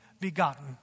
begotten